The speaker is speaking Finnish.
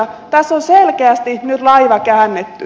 tässä on selkeästi nyt laiva käännetty